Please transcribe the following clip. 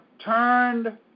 turned